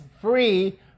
free